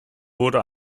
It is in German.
wurde